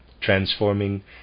transforming